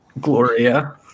Gloria